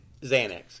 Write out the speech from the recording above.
Xanax